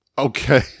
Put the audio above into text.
Okay